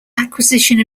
acquisition